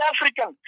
African